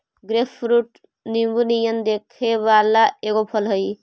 grapefruit नींबू नियन दिखे वला एगो फल हई